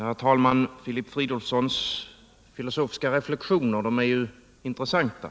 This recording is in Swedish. Herr talman! Filip Fridolfssons filosofiska reflexioner är ju intressanta.